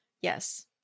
yes